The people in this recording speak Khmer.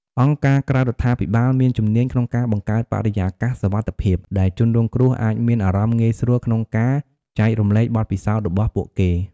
អង្គការក្រៅរដ្ឋាភិបាលមានជំនាញក្នុងការបង្កើតបរិយាកាសសុវត្ថិភាព ដែលជនរងគ្រោះអាចមានអារម្មណ៍ងាយស្រួលក្នុងការចែករំលែកបទពិសោធន៍របស់ពួកគេ។